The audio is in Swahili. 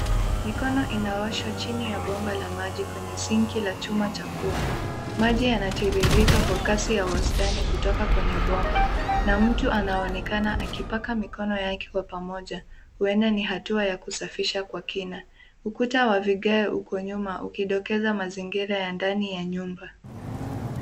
Mikono inaoshwa chini ya bomba la maji kwenye sinki la chuma cha pua. Maji yanatiririka kwa kasi ya wastani kutoka kwenye bomba na mtu anaonekana akipaka mikono yake kwa pamoja huenda ni hatua ya kusafisha kwa kina. Ukuta wa vigae uko nyuma ukidokeza mazingira ya ndani ya nyumba.